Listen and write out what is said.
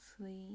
sleep